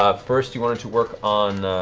ah first you wanted to work on?